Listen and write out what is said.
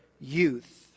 youth